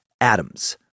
Adams